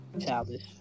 Childish